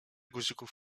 guzików